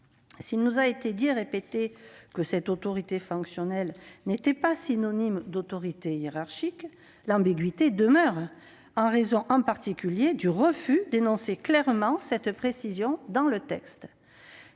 S'il nous a été dit et répété que cette autorité fonctionnelle n'était pas synonyme d'autorité hiérarchique, l'ambiguïté demeure en raison, en particulier, du refus d'énoncer clairement cette précision dans le texte.